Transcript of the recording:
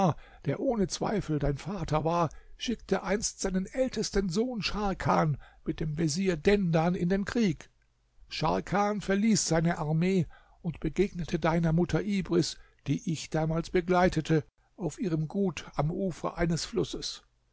der ohne zweifel dein vater war schickte einst seinen ältesten sohn scharkan mit dem vezier dendan in den krieg scharkan verließ seine armee und begegnete deiner mutter ibris die ich damals begleitete auf ihrem gut am ufer eines flusses